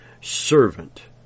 servant